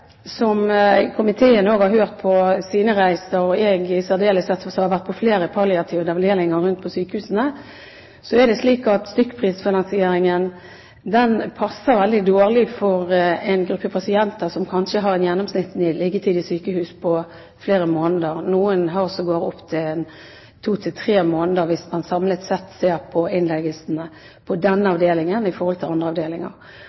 Det komiteen også har hørt på sine reiser, og jeg i særdeleshet, som også har vært på flere palliative avdelinger rundt om på sykehusene, er at stykkprisfinansieringen passer veldig dårlig for en gruppe pasienter som kanskje har en gjennomsnittlig liggetid i sykehus på flere måneder, og noen sågar opptil to–tre måneder hvis man samlet sett ser på innleggelsene på denne typen avdeling i forhold til andre avdelinger.